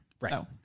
Right